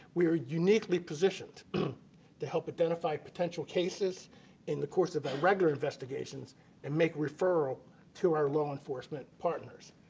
we are uniquely positioned to help identify potential cases in the course of our regular investigation and make referrals to our law enforcement partners.